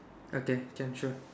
okay can sure